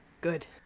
Good